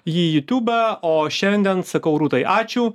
jį jūtiube o šiandien sakau rūtai ačiū